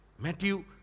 Matthew